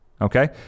Okay